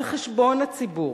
על חשבון הציבור,